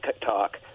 talk